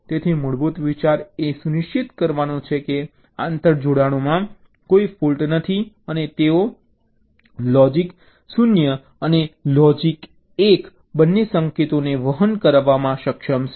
તેથી મૂળભૂત વિચાર એ સુનિશ્ચિત કરવાનો છે કે આંતરજોડાણોમાં કોઈ ફૉલ્ટ નથી અને તેઓ લોજીક 0 અને લોજીક 1 બંને સંકેતોને વહન કરવામાં સક્ષમ છે